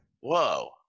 whoa